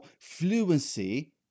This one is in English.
fluency